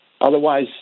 Otherwise